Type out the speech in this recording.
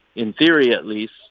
in theory, at least,